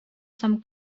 some